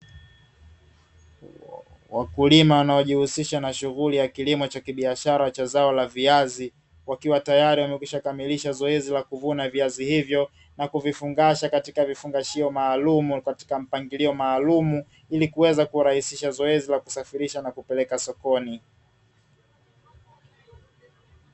Wakulima wanaojihusisha na shughuli ya kilimo cha kibiashara cha zao la viazi, wakiwa tayari wamekwisha kamilisha zoezi la kuvuna viazi hivyo, na kuvifungasha katika vifungashio maalumu katika mpangilio maalumu, ili kuweza kurahisisha zoezi la kusafirisha na kupeleka sokoni.